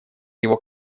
его